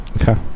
Okay